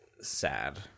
sad